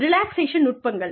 relaxation நுட்பங்கள்